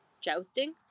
jousting